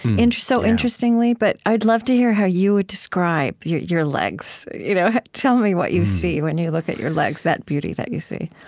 and and so interestingly. but i'd love to hear how you would describe your your legs. you know tell me what you see when you look at your legs, that beauty that you see